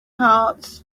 hearts